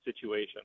situation